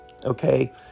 Okay